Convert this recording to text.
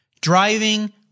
driving